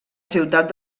ciutat